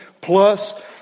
plus